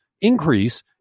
increase